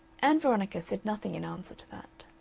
ann veronica said nothing in answer to that.